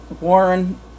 Warren